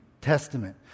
Testament